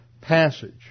passage